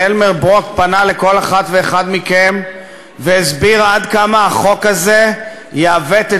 אלמר ברוק פנה לכל אחת ואחד מכם והסביר עד כמה החוק הזה יעוות את